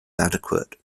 adequate